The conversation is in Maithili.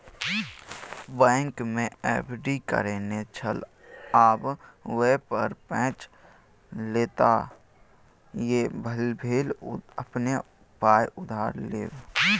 बैंकमे एफ.डी करेने छल आब वैह पर पैंच लेताह यैह भेल अपने पाय उधार लेब